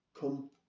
come